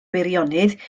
meirionnydd